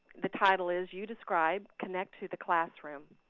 the title is you describe, connect to the classroom.